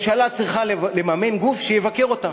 הממשלה צריכה לממן גוף שיבקר אותה.